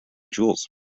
jewels